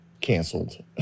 canceled